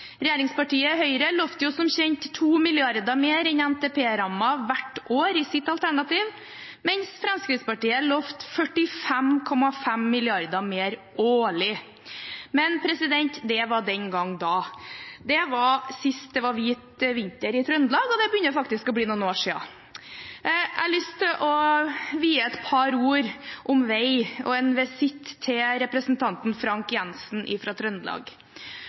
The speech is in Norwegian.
Regjeringspartiet Høyre lovet som kjent 2 mrd. kr mer enn NTP-rammen hvert år i sitt alternativ, mens Fremskrittspartiet lovet 45,5 mrd. kr mer årlig. Men det var den gang da. Det var sist det var hvit vinter i Trøndelag, og det begynner faktisk å bli noen år siden. Jeg har lyst til å si et par ord om vei og avlegge en visitt til representanten Frank Jenssen fra Trøndelag.